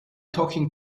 talking